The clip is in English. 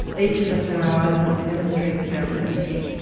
each of us are our own little chemistry experiment you think?